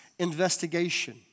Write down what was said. investigation